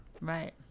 Right